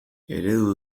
eredu